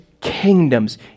kingdoms